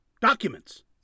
Documents